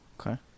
Okay